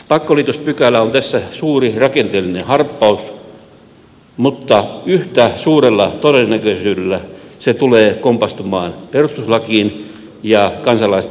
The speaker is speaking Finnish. pakkoliitospykälä on tässä suuri rakenteellinen harppaus mutta yhtä suurella todennäköisyydellä se tulee kompastumaan perustuslakiin ja kansalaisten vastustukseen